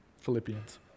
Philippians